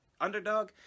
underdog